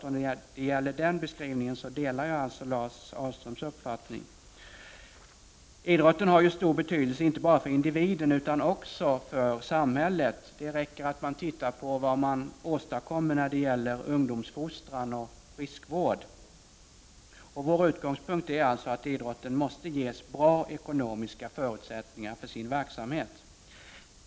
När det gäller den beskrivningen delar jag alltså Lars Ahlströms uppfattning. Idrotten har ju stor betydelse inte bara för individen utan också för samhället. Det räcker att titta på vad man åstadkommer när det gäller ungdomsfostran och friskvård. Vår utgångspunkt är alltså att idrotten måste ges bra ekonomiska förutsättningar för sin verksamhet.